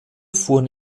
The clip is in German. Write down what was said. fuhren